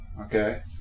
okay